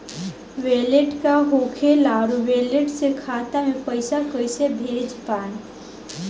Wallet का होखेला और वैलेट से खाता मे पईसा कइसे भेज पाएम?